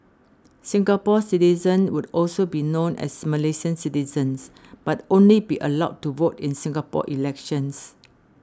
Singapore citizens would also be known as Malaysian citizens but only be allowed to vote in Singapore elections